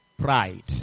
pride